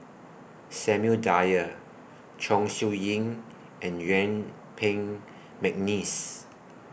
Samuel Dyer Chong Siew Ying and Yuen Peng Mcneice